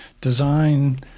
design